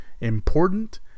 important